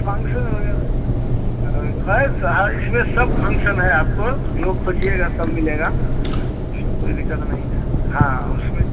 function वगैरह है है सब इसमें सब फंशन है आपको जो खोजिएगा सब मिलेगा इसमें कोई दिक्कत नहीं है हाँ उसमें